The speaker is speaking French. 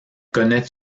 connais